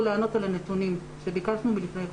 לענות על הנתונים שביקשנו לפני חודש.